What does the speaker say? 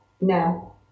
No